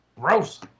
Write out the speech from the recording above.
Gross